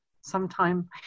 sometime